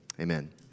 amen